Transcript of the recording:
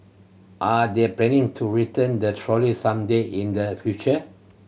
are they planning to return the trolley some day in the future